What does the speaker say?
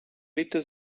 lite